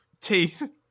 teeth